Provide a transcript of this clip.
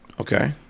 Okay